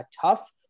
tough